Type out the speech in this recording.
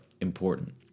important